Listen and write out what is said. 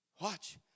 watch